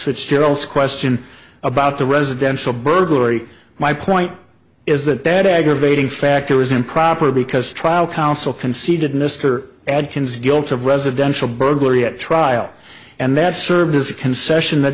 fitzgerald's question about the residential burglary my point is that that aggravating factor was improper because trial counsel conceded mr adkins guilty of residential burglary at trial and that served as a concession that